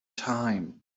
time